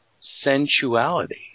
sensuality